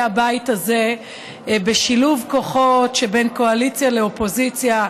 הבית הזה בשילוב כוחות שבין קואליציה לאופוזיציה,